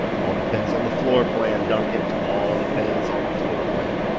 all depends on the floor plan duncan, all depends on the floor plan.